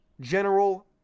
general